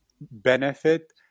benefit